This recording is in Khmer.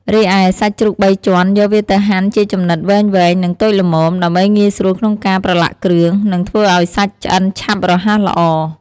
រីឯ សាច់ជ្រូកបីជាន់យកវាទៅហាន់ជាចំណិតវែងៗ និងតូចល្មម ដើម្បីងាយស្រួលក្នុងការប្រឡាក់គ្រឿង និងធ្វើឲ្យសាច់ឆ្អិនឆាប់រហ័សល្អ ។